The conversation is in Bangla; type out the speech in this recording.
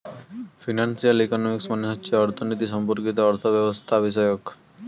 ফিনান্সিয়াল ইকোনমিক্স মানে হচ্ছে অর্থনীতি সম্পর্কিত অর্থব্যবস্থাবিষয়ক